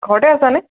ঘৰতে আছানে